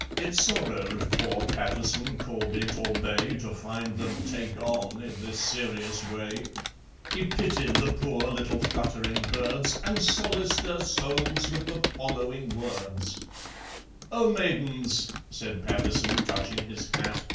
it sorrowed poor pattison corby torbay to find them take on in this serious way he pitied the poor little fluttering birds, and solaced their souls with the following words oh, maidens, said pattison, touching his hat,